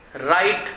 Right